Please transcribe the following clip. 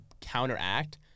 counteract